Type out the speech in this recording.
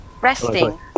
Resting